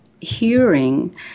hearing